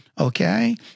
Okay